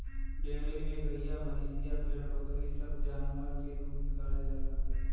dairy में गइया भईंसिया भेड़ बकरी सब जानवर के दूध निकालल जाला